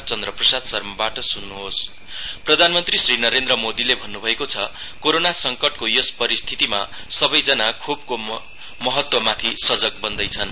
PM Mann ki Baat प्रधानमन्त्री श्री नरेन्द्र मोदीले भन्नु भएको छ कोरोना संकटको यस परिस्थितमा सबैजना खोपको महत्वमाथि सजग बन्दैछन्